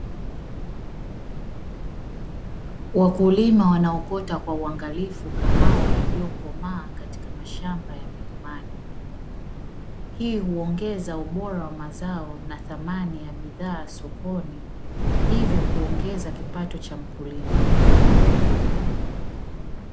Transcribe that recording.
Wakulima wanaokota kwa uangalifu kahawa iliyokomaa katika mashamba ya milimani, hii huongeza ubora wa mazao na thamani ya mazao na thamani ya bidhaa sokoni, hivyo kuongeza kipato cha mkulima.